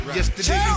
Yesterday